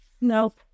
Nope